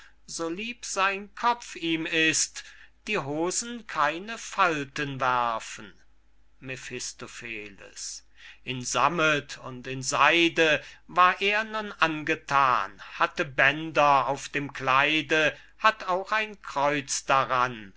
so lieb sein kopf ihm ist die hosen keine falten werfen mephistopheles in sammet und in seide war er nun angethan hatte bänder auf dem kleide hatt auch ein kreuz daran